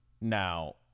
Now